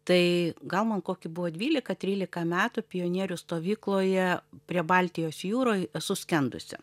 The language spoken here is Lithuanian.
tai gal man koki buvo dvylika trylika metų pionierių stovykloje prie baltijos jūroj esu skendusi